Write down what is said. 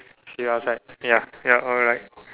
see you outside ya ya alright